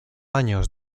años